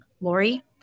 Lori